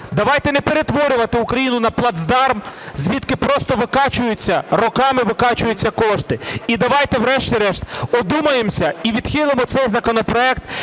Давайте не перетворювати Україну на плацдарм, звідки просто викачуються, роками викачуються кошти. І давайте врешті-решт одумаємося і відхилимо цей законопроект,